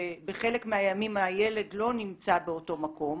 שבחלק מהימים הילד לא נמצא באותו מקום,